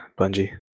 Bungie